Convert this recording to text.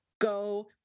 go